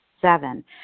Seven